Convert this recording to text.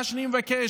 מה שאני מבקש,